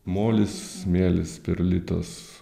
molis smėlis perlitas